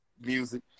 music